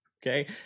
Okay